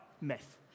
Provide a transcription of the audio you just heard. Myth